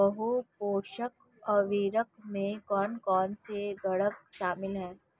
बहु पोषक उर्वरक में कौन कौन से घटक शामिल हैं?